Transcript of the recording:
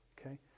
Okay